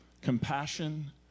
compassion